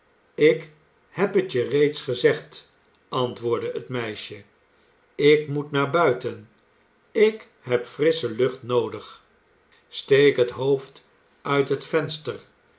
ik het het je reeds gezegd i antwoordde het meisje ik moet naar buiten ik heb frissche lucht noodig steek het hoofd uit het venster